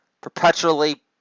Perpetually